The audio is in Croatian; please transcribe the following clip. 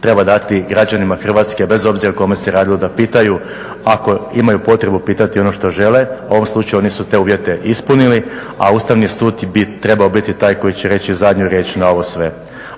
treba dati građanima Hrvatske bez obzira o kome se radilo da pitaju ako imaju potrebu pitati ono što želi, u ovom slučaju oni su te uvijete ispunili, a Ustavni sud bi trebao biti taj koji će reći zadnju riječ na ovo sve.